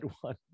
one